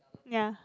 ya